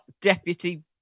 deputy